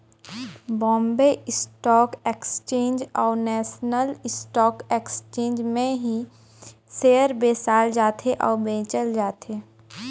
Bombay stock exchange अउ national stock exchange में ही सेयर बेसाल जाथे अउ बेंचल जाथे